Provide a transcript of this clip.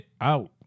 Out